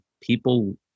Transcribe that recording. People